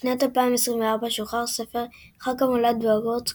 ובשנת 2024 שוחרר ספר "חג המולד בהוורגוורטס"